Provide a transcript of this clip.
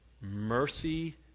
mercy